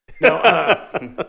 No